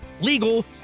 legal